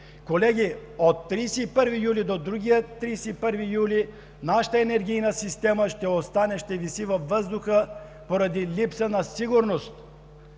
Колеги, от 31 юли до другия 31 юли нашата енергийна система ще остане, ще виси във въздуха поради липса на сигурност,